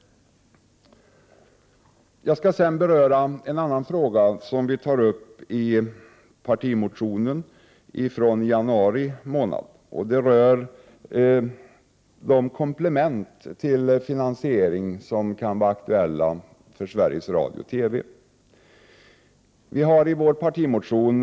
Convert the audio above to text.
Jag skall sedan beröra en annan fråga som vi tar upp i centerns partimotion från januari månad. Det rör då de komplement till finansiering som kan vara aktuella för Sveriges Radio och Television.